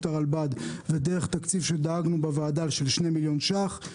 הרלב"ד דרך תקציב שדאגנו בוועדה של 2 מיליון ₪.